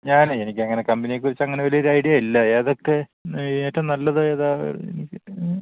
ഞാനേ എനിക്ക് അങ്ങനെ കമ്പനിയെ കുറിച്ച് അങ്ങനെ വലിയൊരു ഐഡിയ ഇല്ല ഏതൊക്കെ ഏറ്റവും നല്ലത് ഏതാണ്